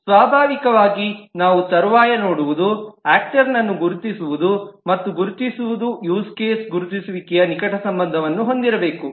ಸ್ವಾಭಾವಿಕವಾಗಿ ನಾವು ತರುವಾಯ ನೋಡುವುದು ಆಕ್ಟರ್ನನ್ನು ಗುರುತಿಸುವುದು ಮತ್ತು ಗುರುತಿಸುವುದು ಯೂಸ್ ಕೇಸ್ ಗುರುತಿಸುವಿಕೆಯು ನಿಕಟ ಸಂಬಂಧವನ್ನು ಹೊಂದಿರಬೇಕು